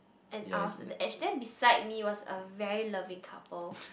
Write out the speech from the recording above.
and I was at the edge then beside me was a very loving couple